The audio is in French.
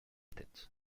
tête